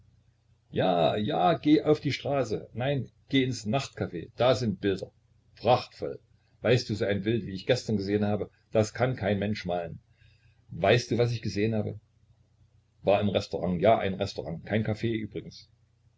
ja ja geh auf die straße nein geh ins nachtcaf da sind bilder prachtvoll weißt du so ein bild wie ich gestern gesehen habe das kann dir kein mensch malen weißt du was ich gesehen habe war im restaurant ja ein restaurant kein caf übrigens